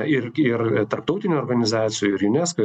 ir ir tarptautinių organizacijų ir unesco